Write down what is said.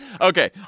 Okay